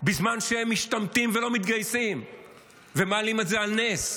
בזמן שהם משתמטים ולא מתגייסים ומעלים את זה על נס.